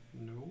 No